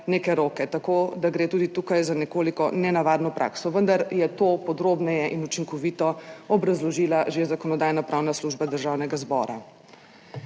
neke roke, tako da gre tudi tukaj za nekoliko nenavadno prakso. Vendar je to podrobneje in učinkovito obrazložila že Zakonodajno-pravna služba Državnega zbora.